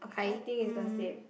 I think it's the same